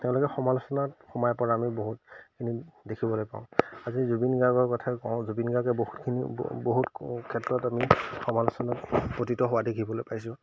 তেওঁলোকে সমালোচনাত সোমাই পৰা আমি বহুতখিনি দেখিবলৈ পাওঁ আজি জুবিন গাৰ্গৰ কথা কওঁ জুবিন গাৰ্গে বহুতখিনি বহুত ক্ষেত্ৰত আমি সমালোচনাত পতিত হোৱা দেখিবলৈ পাইছোঁ